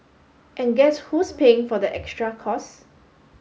and guess who's paying for the extra costs